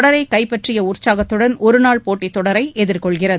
தொடரை கைப்பற்றிய உற்சாகத்துடன் ஒருநாள் போட்டித் தொடரை எதிர்கொள்கிறது